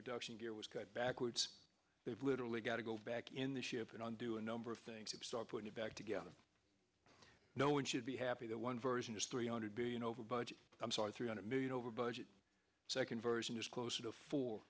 reduction gear was cut backwards they've literally got to go back in the ship and do a number of things to start putting it back together no one should be happy that one version is three hundred billion over budget i'm sorry three hundred million over budget second version is closer to four